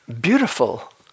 beautiful